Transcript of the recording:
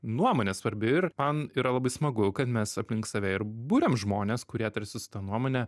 nuomonė svarbi ir man yra labai smagu kad mes aplink save ir buriam žmones kurie tarsi su ta nuomone